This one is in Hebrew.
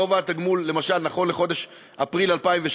גובה התגמול למשל נכון לחודש אפריל 2016